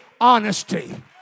honesty